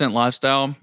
lifestyle